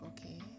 Okay